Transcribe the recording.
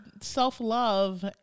self-love